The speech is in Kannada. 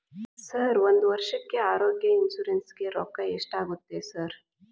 ಸರ್ ಒಂದು ವರ್ಷಕ್ಕೆ ಆರೋಗ್ಯ ಇನ್ಶೂರೆನ್ಸ್ ಗೇ ರೊಕ್ಕಾ ಎಷ್ಟಾಗುತ್ತೆ ಸರ್?